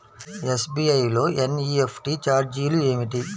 SBI లో NEFT ఛార్జీలు ఏమిటి?